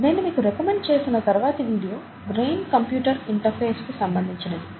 నేను మీకు రికమెండ్ చేసే తరువాతి వీడియో బ్రెయిన్ కంప్యూటర్ ఇంటర్ఫేస్ కి సంబంధించినది